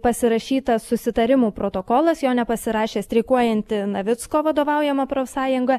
pasirašytas susitarimų protokolas jo nepasirašė streikuojanti navicko vadovaujama profsąjunga